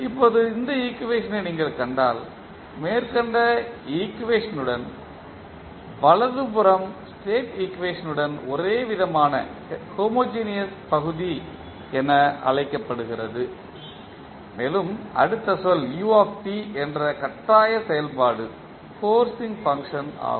இப்போது இந்த ஈக்குவேஷனை நீங்கள் கண்டால் மேற்கண்ட ஈக்குவேஷன்ட்ன் வலது புறம் ஸ்டேட் ஈக்குவேஷன்ட்ன் ஒரேவிதமான பகுதி என அழைக்கப்படுகிறது மேலும் அடுத்த சொல் u என்ற கட்டாய செயல்பாடு ஆகும்